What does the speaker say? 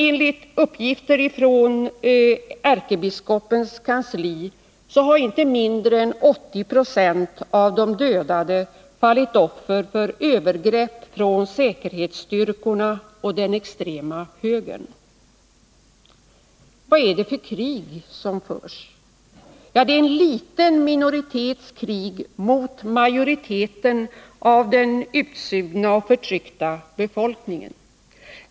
Enligt uppgift från ärkebiskopens kansli har inte mindre än 80 920 av de dödade fallit offer för övergrepp från säkerhetsstyrkorna och den extrema högern. Vad är det för krig som förs? Det är en liten minoritets krig mot majoriteten av den utsugna och förtryckta befolkningen.